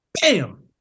Bam